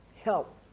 help